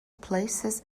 places